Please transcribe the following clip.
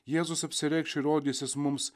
jėzus apsireikš ir rodysis mums